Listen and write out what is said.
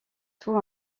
tout